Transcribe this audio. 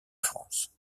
france